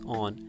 on